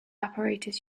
apparatus